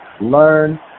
learn